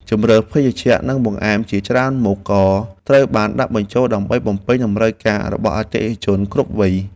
ជម្រើសភេសជ្ជៈនិងបង្អែមជាច្រើនមុខក៏ត្រូវបានដាក់បញ្ចូល ដើម្បីបំពេញតម្រូវការរបស់អតិថិជនគ្រប់វ័យ។